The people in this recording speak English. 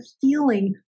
feeling